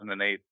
2008